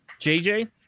JJ